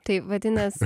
tai vadinas